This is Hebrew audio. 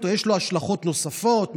יש לו השלכות נוספות,